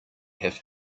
have